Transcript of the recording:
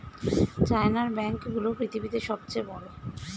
চায়নার ব্যাঙ্ক গুলো পৃথিবীতে সব চেয়ে বড়